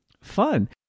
Fun